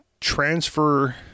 transfer